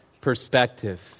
perspective